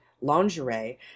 lingerie